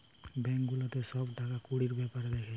bank গুলাতে সব টাকা কুড়ির বেপার দ্যাখে